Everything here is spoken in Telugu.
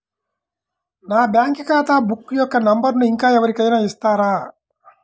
నా బ్యాంక్ ఖాతా బుక్ యొక్క నంబరును ఇంకా ఎవరి కైనా ఇస్తారా?